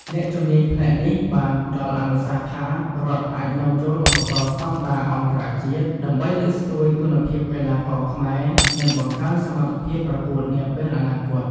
អ្នកជំនាញផ្នែកនេះបានផ្តល់អនុសាសន៍ថា រដ្ឋអាចនាំចូលឧបករណ៍ស្តង់ដារអន្តរជាតិ ដើម្បីលើកស្ទួយគុណភាពកីឡាករខ្មែរ និងបង្កើនសមត្ថភាពប្រកួតនាពេលអនាគត។